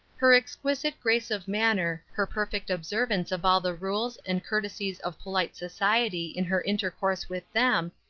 her exquisite grace of manner, her perfect observance of all the rules and courtesies of polite society in her intercourse with them,